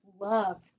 love